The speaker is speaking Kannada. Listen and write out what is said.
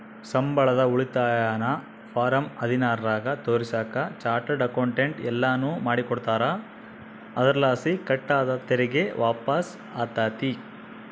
ಸಂಬಳದ ಉಳಿತಾಯನ ಫಾರಂ ಹದಿನಾರರಾಗ ತೋರಿಸಾಕ ಚಾರ್ಟರ್ಡ್ ಅಕೌಂಟೆಂಟ್ ಎಲ್ಲನು ಮಾಡಿಕೊಡ್ತಾರ, ಅದರಲಾಸಿ ಕಟ್ ಆದ ತೆರಿಗೆ ವಾಪಸ್ಸಾತತೆ